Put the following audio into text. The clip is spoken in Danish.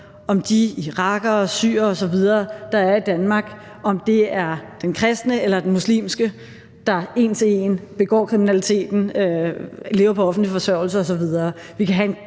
om de irakere, syere osv., der er i Danmark, er kristne eller muslimske, og som en til en begår kriminaliteten og lever på offentlig forsørgelse osv.